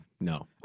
no